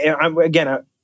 again